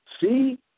see